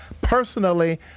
personally